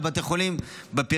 שמירה של בתי החולים בפריפריה.